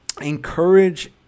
encourage